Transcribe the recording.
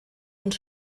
und